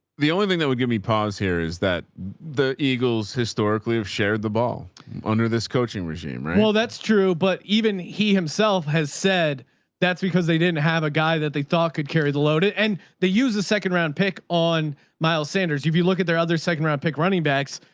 the only thing that would give me pause here is that the eagles historically have shared the ball under this coaching regime. right? well, that's true. but even he himself has said that's because they didn't have a guy that they thought could carry the load at. and they use the second round pick on miles sanders. if you look at their other second round pick running backs,